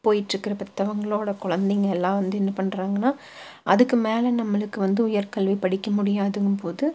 போயிட்டு இருக்கிற பெற்றவங்களோட குழந்தைங்க எல்லாம் வந்து என்ன பண்றாங்கனால் அதுக்கு மேல் நம்மளுக்கு வந்து உயர்கல்வி படிக்க முடியாதுங்கும்போது